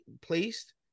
placed